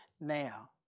now